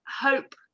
hope